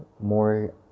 more